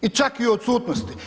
I čak i u odsutnosti.